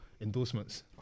endorsements